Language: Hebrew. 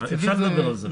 אפשר לדבר על זה.